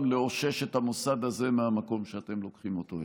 לאושש את המוסד הזה מהמקום שאתם לוקחים אותו אליו.